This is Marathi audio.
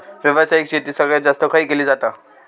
व्यावसायिक शेती सगळ्यात जास्त खय केली जाता?